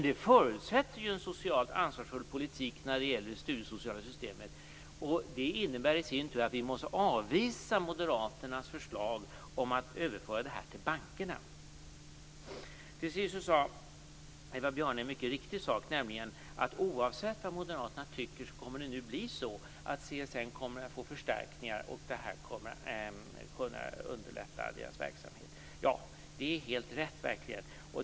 Det förutsätter en socialt ansvarsfull politik när det gäller det studiesociala systemet. Det innebär i sin tur att vi måste avvisa Moderaternas förslag om att överföra detta till bankerna. Eva Björne sade sist en riktig sak, nämligen att oavsett vad Moderaterna tycker kommer CSN att få förstärkningar som skall underlätta verksamheten. Det är helt rätt.